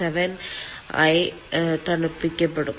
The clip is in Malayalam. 7 ആയി തണുപ്പിക്കപ്പെടും